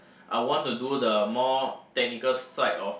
I want to do the more technical side of